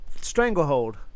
Stranglehold